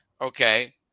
Okay